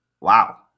Wow